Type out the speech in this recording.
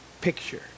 picture